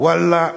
ואללה,